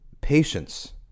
patience